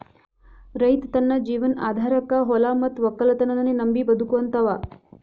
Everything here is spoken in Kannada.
ರೈತ್ ತನ್ನ ಜೀವನ್ ಆಧಾರಕಾ ಹೊಲಾ ಮತ್ತ್ ವಕ್ಕಲತನನ್ನೇ ನಂಬಿ ಬದುಕಹಂತಾವ